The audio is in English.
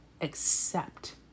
accept